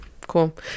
cool